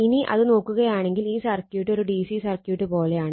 ഇനി അത് നോക്കുകയാണെങ്കിൽ ഈ സർക്യൂട്ട് ഒരു ഡി സി സർക്യൂട്ട് പോലെയാണ്